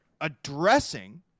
addressing